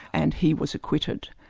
and he was acquitted.